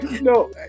No